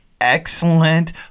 excellent